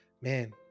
man